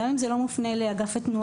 גם אם זה לא מופנה לאגף התנועה,